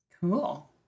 cool